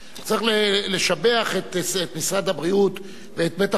צריך לשבח את משרד הבריאות ואת בית-החולים